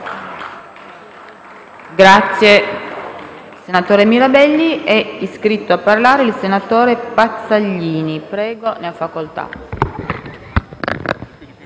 Grazie